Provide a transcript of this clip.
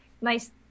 nice